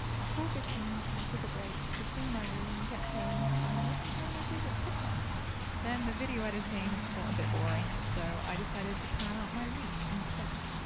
at four-fifteen, i took a break to clean my room, get changed and um listen to one of my favourite podcasts. then the video editing got a bit boring, so i decided to plan out my week instead.